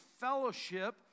fellowship